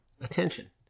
attention